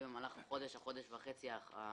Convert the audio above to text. אני במהלך החודש או חודש וחצי האחרונים